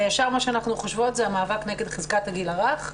ומיד מה שאנחנו חושבות זה המאבק נגד חזקת הגיל הרך.